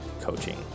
coaching